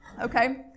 okay